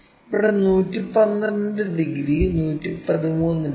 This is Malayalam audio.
ഇവിടെ 112 ഡിഗ്രി 113 ഡിഗ്രി